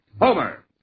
Homer